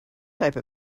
type